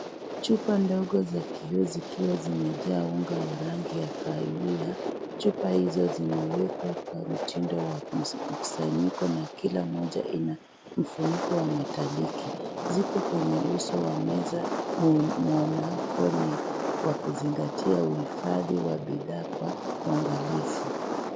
Chupa ndogo za kioo zikiwa zimejaa unga wa rangi ya kahawia, chupa hizo zimewekwa kwa mtindo wa mkusanyiko na kila moja ina ufuniko wa metaliki, ziko kwenye uso wa meza muonako ni wa kuzingatia uhifadhi wa bidhaa kwa uangalifu.